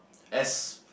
as